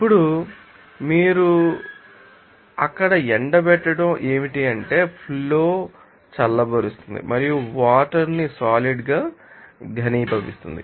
ఇప్పుడు మీరు తెలుసుకోవాలి అప్పటికి ఎండబెట్టడం ఏమిటంటే ఫ్లో చల్లబరుస్తుంది మరియు వాటర్ ని సాలిడ్ గనిభవిస్తుంది